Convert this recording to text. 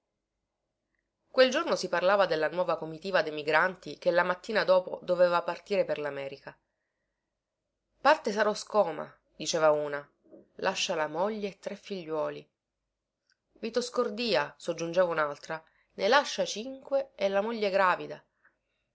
quel giorno si parlava della nuova comitiva demigranti che la mattina dopo doveva partire per lamerica parte saro scoma diceva una lascia la moglie e tre figliuoli vito scordìa soggiungeva unaltra ne lascia cinque e la moglie gravida